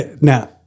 now